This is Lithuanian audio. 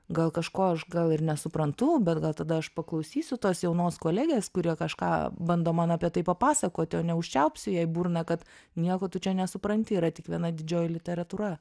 gal kažko aš gal ir nesuprantu bet gal tada aš paklausysiu tos jaunos kolegės kuri kažką bando man apie tai papasakoti o neužčiaupsiu jai burną kad nieko tu čia nesupranti yra tik viena didžioji literatūra